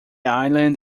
island